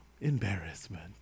Embarrassment